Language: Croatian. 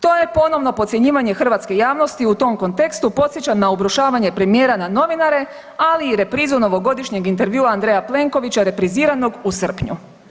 To je ponovno podcjenjivanje hrvatske javnosti u tom kontekstu podsjeća na obrušavanje premijera na novinare, ali i reprizu novogodišnjeg intervjua Andreja Plenkovića repriziranog u srpnju.